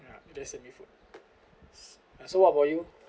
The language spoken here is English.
ya they just send me food uh so what about you